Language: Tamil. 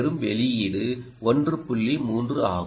3 ஆகும்